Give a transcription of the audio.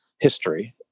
history